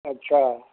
ਅੱਛਾ